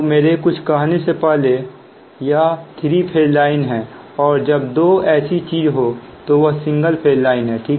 मेरे कुछ कहने से पहले पहले यह 3 फेज लाइन है और जब दो ऐसी चीज हो तो वह सिंगल फेजलाइन है ठीक है